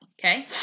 Okay